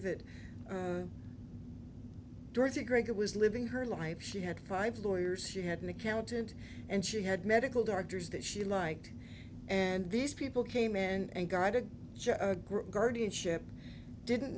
great that was living her life she had five lawyers she had an accountant and she had medical doctors that she liked and these people came in and guided guardianship didn't